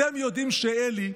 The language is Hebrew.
אתם יודעים שאלי,